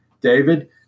David